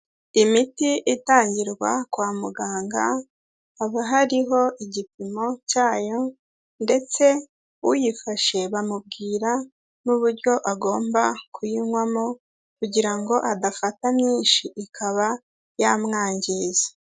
Imiti itangirwa kwa muganga, haba hariho igipimo cyayo ndetse uyifashe bamubwira n'uburyo agomba kuyinywamo, kugira ngo adafata myinshi ikaba yamwangiza.